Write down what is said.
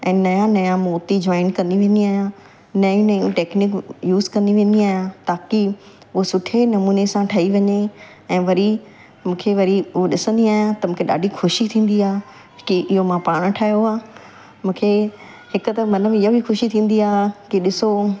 ऐं नया नया मोती जॉयन कंदी वेंदी आहियां नई नयूं टैक्नीकूं यूज़ कंदी वेंदी आहियां ताकी उहो सुठे नमूने सां ठही वञे ऐं वरी मूंखे वरी उहो ॾिसंदी आहियां त मूंखे ॾाढी ख़ुशी थींदी आहे की इहो मां पाण ठाहियो आहे मूंखे हिक त मन में इहा बि ख़ुशी थींदी आहे की ॾिसो